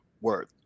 worth